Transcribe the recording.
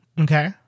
Okay